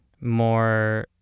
more